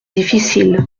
difficile